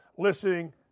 Listening